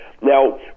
Now